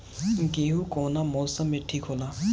गेहू कौना समय मे ठिक होला?